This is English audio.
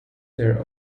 their